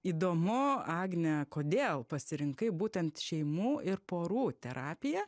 įdomu agne kodėl pasirinkai būtent šeimų ir porų terapiją